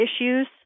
issues